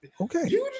Okay